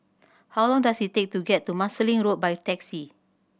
how long does it take to get to Marsiling Road by taxi